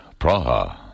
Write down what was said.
Praha